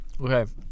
Okay